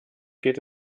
geht